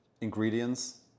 ingredients